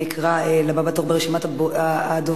אני אקרא לבא בתור ברשימת הדוברים,